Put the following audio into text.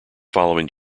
following